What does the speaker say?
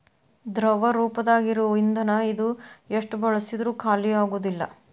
ದ್ರವ ರೂಪದಾಗ ಇರು ಇಂದನ ಇದು ಎಷ್ಟ ಬಳಸಿದ್ರು ಖಾಲಿಆಗುದಿಲ್ಲಾ